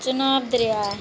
चिनाब दरेआ